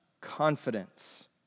confidence